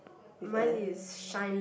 with uh